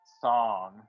song